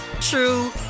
true